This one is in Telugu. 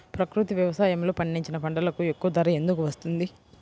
ప్రకృతి వ్యవసాయములో పండించిన పంటలకు ఎక్కువ ధర ఎందుకు వస్తుంది?